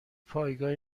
پایگاه